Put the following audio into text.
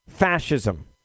fascism